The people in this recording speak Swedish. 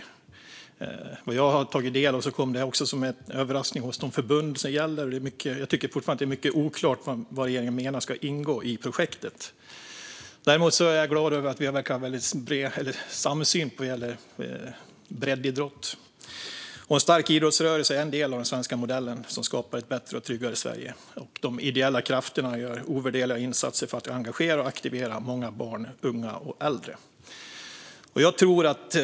Utifrån vad jag har tagit del av kommer detta som en överraskning för de förbund det gäller, och det är fortfarande mycket oklart vad regeringen menar ska ingå i projektet. Jag är dock glad över att vi verkar ha en samsyn när det gäller breddidrott. En stark idrottsrörelse är en del av den svenska modellen och skapar ett bättre och tryggare Sverige. De ideella krafterna gör ovärderliga insatser för att engagera och aktivera många barn, unga och äldre.